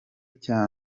cya